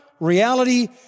reality